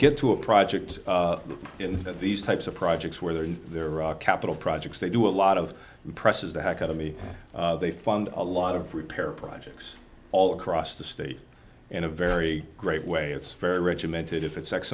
get to a project that these types of projects where they're in their capital projects they do a lot of presses the heck out of me they fund a lot of repair projects all across the state in a very great way it's very regimented if it's x